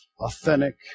authentic